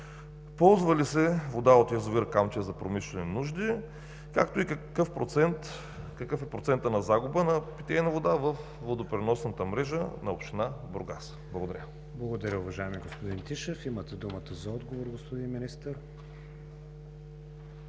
Ползва ли се вода от язовир „Камчия“ за промишлени нужди, както и какъв е процентът на загуба на питейна вода във водопреносната мрежа на община Бургас? Благодаря. ПРЕДСЕДАТЕЛ КРИСТИАН ВИГЕНИН: Благодаря, уважаеми господин Тишев. Имате думата за отговор, господин Министър.